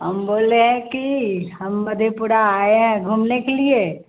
हम बोल रहे हैं कि हम मधेपुरा आए हैं घूमने के लिए